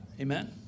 Amen